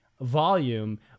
volume